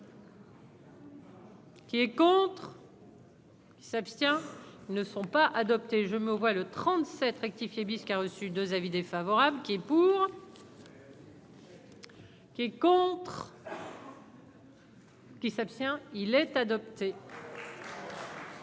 du gouvernement qui. S'abstient ne sont pas adoptés, je me vois le 37 rectifié bis qui a reçu 2 avis défavorables qui est pour. Qui est contre. Qui s'abstient, il est adopté.